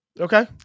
Okay